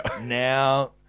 Now